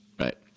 right